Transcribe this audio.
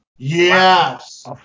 yes